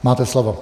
Máte slovo.